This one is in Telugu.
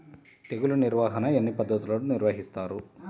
తెగులు నిర్వాహణ ఎన్ని పద్ధతులలో నిర్వహిస్తారు?